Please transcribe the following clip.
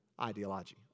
ideology